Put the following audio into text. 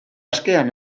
askean